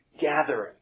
gathering